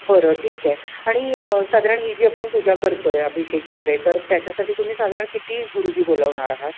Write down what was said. बरं ठीक आहे आणि साधारण ही जी आपण पूजा करतो आहे अभिषेक वगैरे तर त्याच्यासाठी तुम्ही साधारण किती गुरुजी बोलवणार आहात